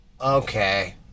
Okay